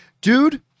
Dude